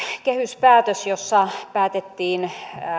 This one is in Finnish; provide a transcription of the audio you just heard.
kehyspäätös jossa päätettiin